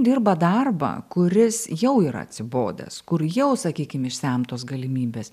dirba darbą kuris jau yra atsibodęs kur jau sakykim išsemtos galimybės